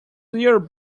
near